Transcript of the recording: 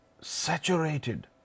saturated